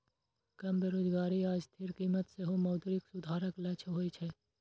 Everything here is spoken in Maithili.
कम बेरोजगारी आ स्थिर कीमत सेहो मौद्रिक सुधारक लक्ष्य होइ छै